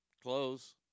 Close